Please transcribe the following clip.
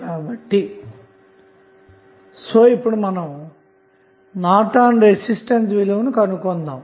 కాబట్టి మనం Norton resistance విలువను కనుగొందాము